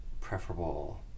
preferable